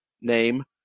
name